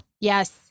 yes